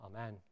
Amen